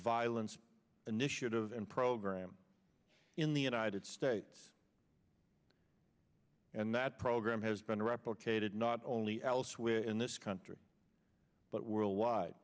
violence initiative and program in the united states and that program has been replicated not only elsewhere in this country but worldwide